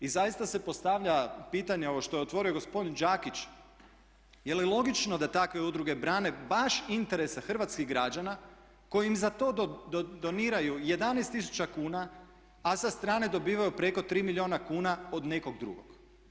I zaista se postavlja pitanje ovo što je otvorio gospodin Đakić je li logično da takve udruge brane baš interese hrvatskih građana koji im za to doniraju 11 tisuća kuna a sa strane dobivaju preko 3 milijuna kuna od nekog drugog.